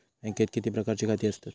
बँकेत किती प्रकारची खाती असतत?